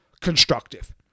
constructive